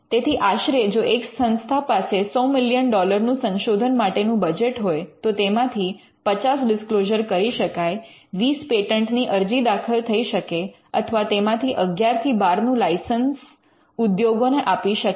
તેથી આશરે જો એક સંસ્થા પાસે સો મિલ્યન ડોલરનું સંશોધન માટેનું બજેટ હોય તો તેમાંથી 50 ડિસ્ક્લોઝર કરી શકાય 20 પેટન્ટની અરજી દાખલ થઈ શકે અથવા તેમાંથી ૧૧ થી ૧૨ નુ લાઇસન્સ ઉદ્યોગોને આપી શકાય